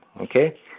okay